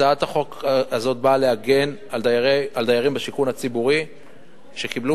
הצעת החוק הזאת באה להגן על דיירים בשיכון הציבורי שקיבלו